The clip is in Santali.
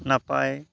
ᱱᱟᱯᱟᱭ